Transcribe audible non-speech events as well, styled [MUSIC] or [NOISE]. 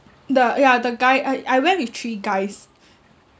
the ya the guy I I went with three guys [BREATH]